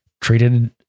treated